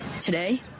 Today